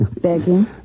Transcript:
Begging